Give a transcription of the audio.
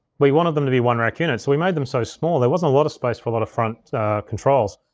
we wanted them to be one rack units so we made them so small, there wasn't a lot of space for a lot of front controls.